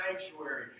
sanctuary